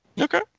Okay